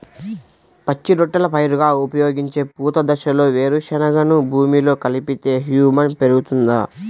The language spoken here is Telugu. పచ్చి రొట్టెల పైరుగా ఉపయోగించే పూత దశలో వేరుశెనగను భూమిలో కలిపితే హ్యూమస్ పెరుగుతుందా?